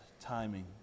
timing